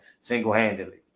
single-handedly